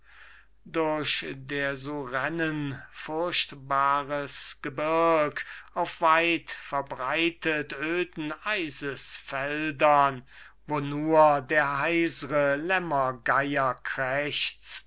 durch der surennen furchtbares gebirg auf weit verbreitet öden eisesfeldern wo nur der heisre